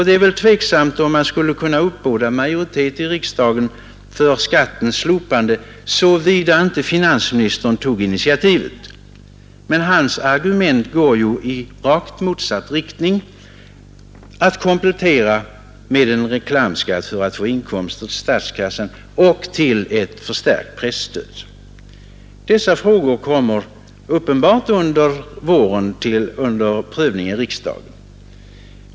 Det är väl tveksamt om man skulle kunna uppbåda majoritet i riksdagen för annonsskattens slopande — såvida inte finansministern tog initiativet. Men hans argument går i rakt motsatt riktning: att komplettera med en reklamskatt för att få inkomster till statskassan och till ett förstärkt presstöd. Dessa frågor kommer uppenbart att prövas av riksdagen under våren.